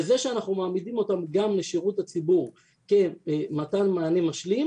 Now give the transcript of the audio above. בזה שאנחנו מעמידים אותם גם לשירות הציבור כמתן מענה משלים,